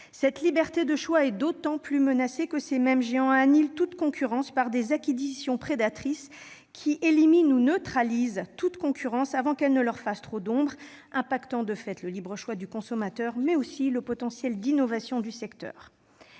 Cette liberté de choix est d'autant plus menacée que ces mêmes géants annihilent toute concurrence par des acquisitions prédatrices, qui éliminent ou neutralisent toute concurrence avant qu'elle ne leur fasse trop d'ombre, affectant de fait le libre choix du consommateur, mais aussi le potentiel d'innovation du secteur.